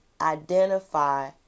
identify